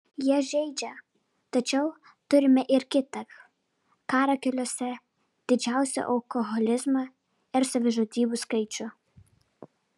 jie žeidžia tačiau turime ir kita karą keliuose didžiausią alkoholizmą ir savižudybių skaičių